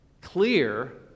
clear